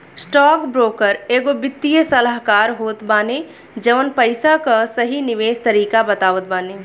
stockbroker एगो वित्तीय सलाहकार होत बाने जवन पईसा कअ सही निवेश तरीका बतावत बाने